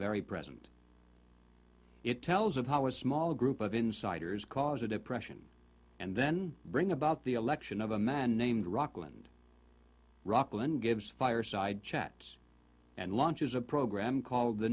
very present it tells of how a small group of insiders cause a depression and then bring about the election of a man named rockland rockland gives fireside chats and launches a program called the